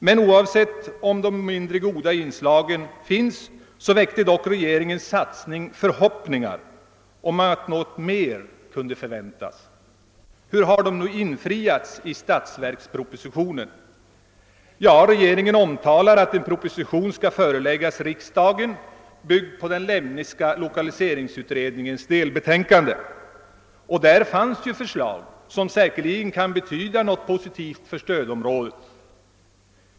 Men oavsett de mindre goda inslagen väckte dock regeringens satsning förhoppningar om att något mer kunde förväntas. Hur har nu det infriats i statsverkspropositionen? Regeringen omtalar att en proposition skall föreläggas riksdagen byggd på den Lemneska lokaliseringsutredningens delbetänkande. Där fanns förslag som säkerligen kan betyda något positivt för stödområdet.